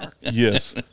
Yes